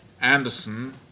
Anderson